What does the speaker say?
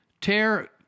tear